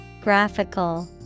Graphical